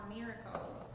miracles